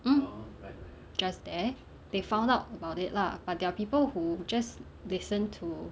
mm just there they found out about it lah but there are people who just listen to